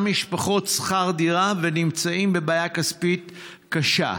משפחות שכר דירה ונמצאים בבעיה כספית קשה.